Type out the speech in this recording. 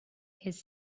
his